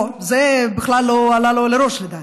לא, זה בכלל לא עלה לו לראש, לדעתי.